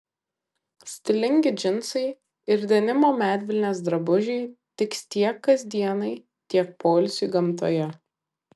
stilingi džinsai ir denimo medvilnės drabužiai tiks tiek kasdienai tiek poilsiui gamtoje